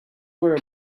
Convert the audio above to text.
were